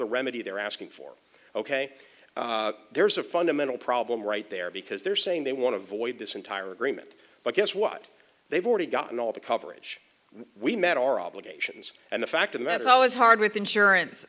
the remedy they're asking for ok there's a fundamental problem right there because they're saying they want to avoid this entire agreement but guess what they've already gotten all the coverage we met our obligations and the fact and that's always hard with insurance